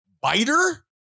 biter